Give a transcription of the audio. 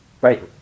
Right